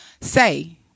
say